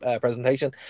presentation